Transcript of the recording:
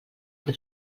però